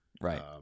Right